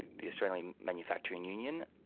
the australian manufacturing union,